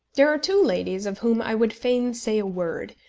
there are two ladies of whom i would fain say a word,